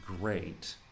great